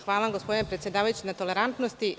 Hvala, gospodine predsedavajući, na tolerantnosti.